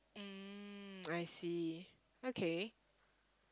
mm I see okay